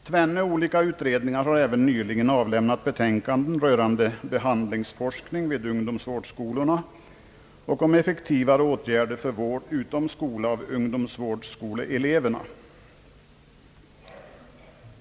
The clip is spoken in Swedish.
Tvenne olika utredningar har även nyligen avlämnat betänkanden rörande Behandlingsforskning vid ungdomsvårdsskolorna och Om effektivare åtgärder för vård utom skola av ungdomsvårdsskoleelever.